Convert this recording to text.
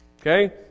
Okay